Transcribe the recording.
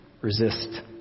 resist